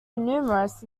numerous